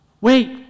Wait